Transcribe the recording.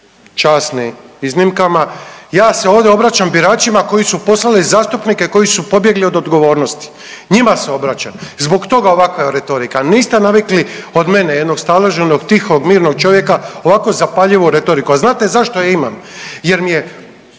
časnim iznimkama, ja se ovdje obraćam biračima koji su poslali zastupnike koji su pobjegli od odgovornosti njima se obraćam zbog toga ovakva retorika. Niste navikli od mene jednog staloženog, tihog, mirnog čovjeka ovako zapaljivu retoriku. A znate zašto je imam? Jer mi je